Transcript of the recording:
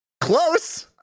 close